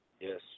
Yes